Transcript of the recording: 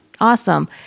awesome